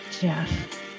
Jeff